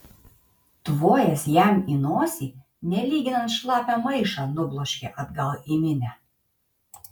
tvojęs jam į nosį nelyginant šlapią maišą nubloškė atgal į minią